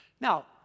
Now